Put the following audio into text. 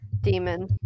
demon